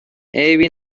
عیبی